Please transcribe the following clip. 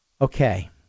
Okay